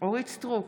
אורית מלכה סטרוק,